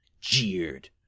jeered